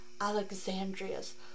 Alexandria's